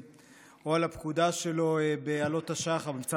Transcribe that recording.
או בפקודה שלו במבצע עלות השחר